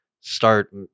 start